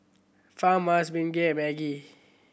Farmhouse Bengay and Maggi